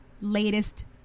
latest